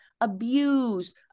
abuse